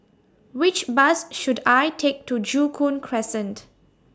Which Bus should I Take to Joo Koon Crescent